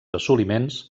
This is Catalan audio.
assoliments